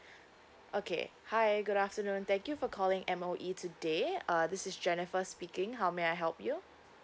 okay hi good afternoon thank you for calling M_O_E today uh this is jennifer speaking how may I help you